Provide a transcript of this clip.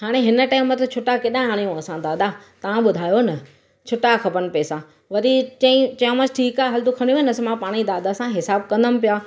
हाणे हिन टाइम ते छुटा किथे आणियूं असां दादा ता ॿुधायो न छुटा खपनि पैसा वरी चई चयोमांसि ठीकु आहे हल तूं खणी वञु असां मां पाणई दादा सां हिसाबु कंदमि ॿिया